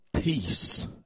peace